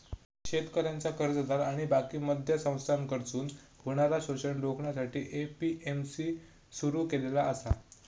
शेतकऱ्यांचा कर्जदार आणि बाकी मध्यस्थांकडसून होणारा शोषण रोखण्यासाठी ए.पी.एम.सी सुरू केलेला आसा